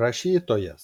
rašytojas